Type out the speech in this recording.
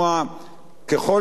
ככל שניתן,